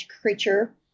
creature